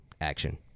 action